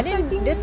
then I think